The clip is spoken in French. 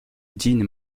dean